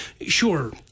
sure